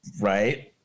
Right